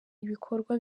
ibikorwa